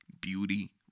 beauty